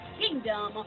kingdom